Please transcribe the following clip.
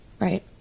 Right